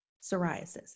Psoriasis